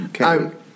Okay